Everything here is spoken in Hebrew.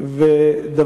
על כך.